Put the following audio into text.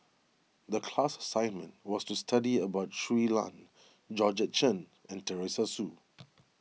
the class assignment was to study about Shui Lan Georgette Chen and Teresa Hsu